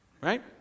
Right